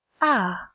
Ah